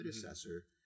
predecessor